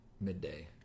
midday